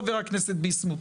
חבר הכנסת ביסמוט.